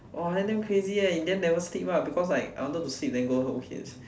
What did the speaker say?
!wah! then damn crazy leh in the end never sleep lah because like I wanted to sleep then go